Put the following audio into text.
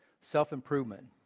Self-improvement